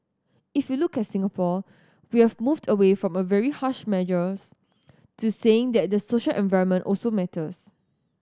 if you look at Singapore we have moved away from very harsh measures to saying that the social environment also matters